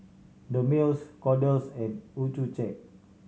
Dermale Kordel's and Accucheck